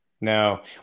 No